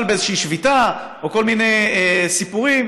באיזושהי שביתה או כל מיני סיפורים,